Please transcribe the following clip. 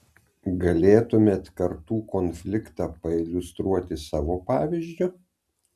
galėtumėt kartų konfliktą pailiustruot savo pavyzdžiu